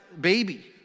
baby